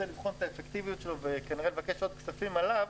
לבחון את האפקטיביות שלו וכנראה לבקש עוד כספים עליו,